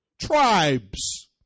tribes